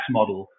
model